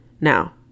Now